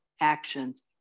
actions